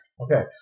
Okay